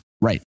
Right